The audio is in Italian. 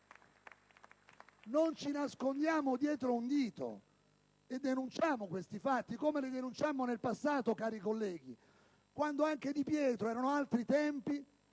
Non ci nascondiamo dietro un dito e denunciamo questi fatti, così come li abbiamo denunciati nel passato, cari colleghi, quando anche Di Pietro - erano altri tempi!